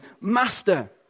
Master